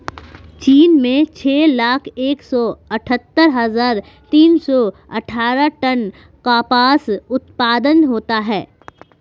चीन में छह लाख एक सौ अठत्तर हजार तीन सौ अट्ठारह टन कपास उत्पादन होता है